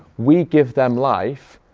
we give them life,